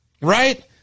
Right